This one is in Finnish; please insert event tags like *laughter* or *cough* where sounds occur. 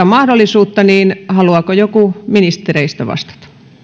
*unintelligible* mahdollisuutta niin haluaako joku ministereistä vastata